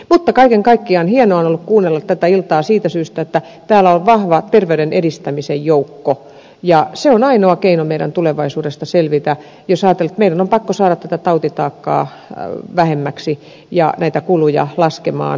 mutta kaiken kaikkiaan hienoa on ollut kuunnella tätä iltaa siitä syystä että täällä on vahva terveyden edistämisen joukko ja se on ainoa keino meillä tulevaisuudesta selvitä jos ajatellaan että meidän on pakko saada tätä tautitaakkaa vähemmäksi ja näitä kuluja laskemaan